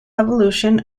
evolution